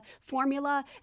formula